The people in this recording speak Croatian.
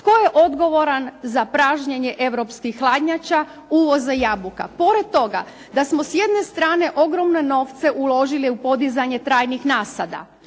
Tko je odgovoran za pražnjenje europskih hladnjača, uvoza jabuka. Pored toga da smo s jedne strane ogromne novce uložili u podizanje trajnih nasada.